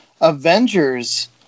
Avengers